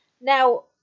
now